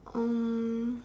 um